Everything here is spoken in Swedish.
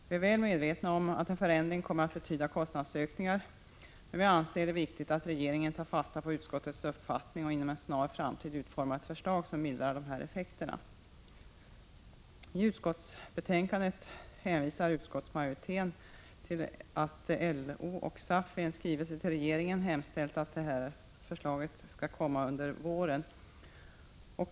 Vi är väl medvetna om att en förändring kommer att betyda kostnadsökningar, men vi anser det viktigt att regeringen tar fasta på utskottets uppfattning och inom en snar framtid utformar ett förslag som mildrar dessa effekter. Utskottsmajoriteten hänvisar till att LO och SAF i en skrivelse till regeringen hemställt att ett sådant förslag skall komma under våren.